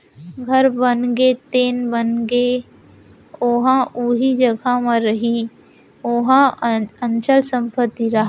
घर बनगे तेन बनगे ओहा उही जघा म रइही ओहा अंचल संपत्ति हरय